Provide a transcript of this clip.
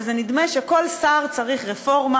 ונדמה שכל שר צריך רפורמה.